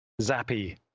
zappy